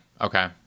Okay